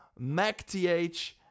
MacTH